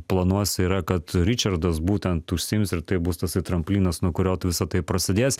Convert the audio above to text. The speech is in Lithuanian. planuose yra kad ričardas būtent užsiims ir tai bus tarsi tramplinas nuo kurio visa tai prasidės